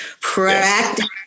practice